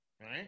right